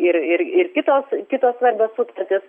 ir ir ir kitos kitos svarbios sutartys